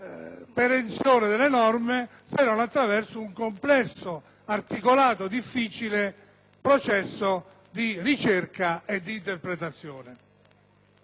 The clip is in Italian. perenzione delle norme, rinvenibile solo attraverso un complesso, articolato e difficile processo di ricerca e di interpretazione.